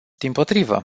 dimpotrivă